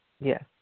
Yes